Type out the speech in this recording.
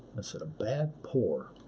i said, a bad pour.